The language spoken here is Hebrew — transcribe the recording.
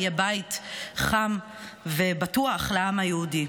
יהיה בית חם ובטוח לעם היהודי.